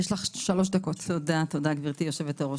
תודה, גברתי יושבת-הראש.